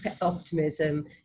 optimism